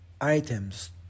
items